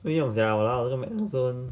没有料 ah 我的 manisiam